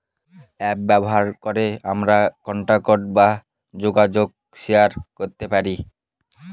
app ব্যবহার করে আমরা কন্টাক্ট বা যোগাযোগ শেয়ার করতে পারি